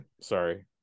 sorry